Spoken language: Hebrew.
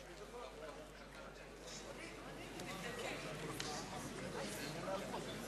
האם גברתי לאות מחאה לא מדברת?